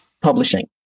publishing